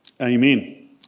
Amen